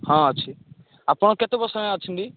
ହଁ ଅଛି ଆପଣ କେତେ ବର୍ଷ ହେଲା ଅଛନ୍ତି